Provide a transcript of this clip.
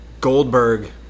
Goldberg